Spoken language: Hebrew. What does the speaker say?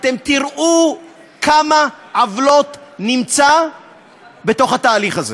אתם תראו כמה עוולות נמצא בתוך התהליך הזה.